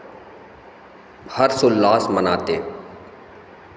हर्ष उल्लास मनाते